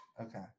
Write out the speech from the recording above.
Okay